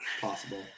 possible